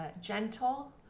gentle